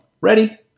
ready